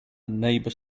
neighbour